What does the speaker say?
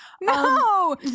No